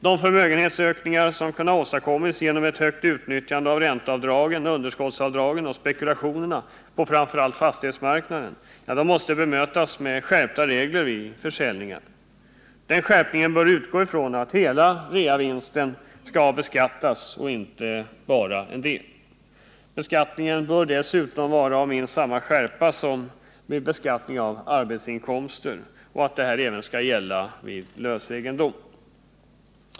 De förmögenhetsökningar, som kunnat åstadkommas genom ett högt utnyttjande av ränteavdragen, underskottsavdragen och spekulationerna på framför allt fastighetsmarknaden, måste bemötas med skärpta regler vid försäljningar. Den skärpningen bör utgå ifrån att hela reavinsten skall beskattas och inte bara en del av den. Beskattningen bör dessutom vara av minst samma skärpa som beskattningen av arbetsinkomster. Detta gäller även avyttring av lös egendom.